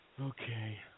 Okay